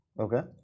Okay